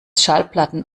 schallplatten